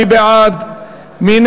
מי